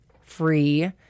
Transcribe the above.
free